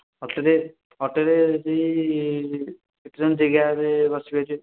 ଅଟୋରେ ଅଟୋରେ ସେଇ କେତେ ଜଣ ଜାଗା ହେବେ ବସିପାରିବେ